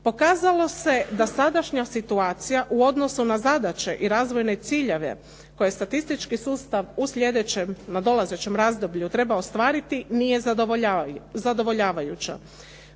Pokazalo se da sadašnja situacija u odnosu na zadaće i razvojne ciljeve koje statistički sustav u sljedećem nadolazećem razdoblju treba ostvariti nije zadovoljavajuća.